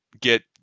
get